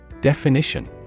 Definition